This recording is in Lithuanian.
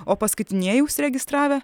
o paskutinieji užsiregistravę